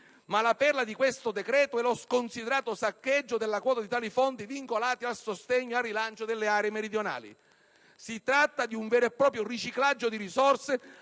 Ma la perla di questo decreto-legge è lo sconsiderato saccheggio della quota dei fondi previsti vincolati al sostegno e al rilancio delle aree meridionali. Si tratta di un vero e proprio "riciclaggio di risorse"